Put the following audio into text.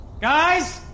Guys